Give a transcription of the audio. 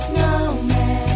Snowman